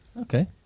Okay